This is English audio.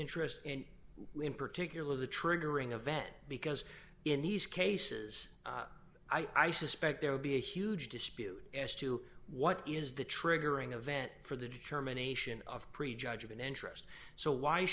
interest and in particular the triggering event because in these cases i suspect there would be a huge dispute as to what is the triggering event for the determination of pre judgement interest so why